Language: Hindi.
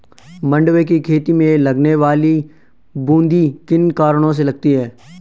मंडुवे की खेती में लगने वाली बूंदी किन कारणों से लगती है?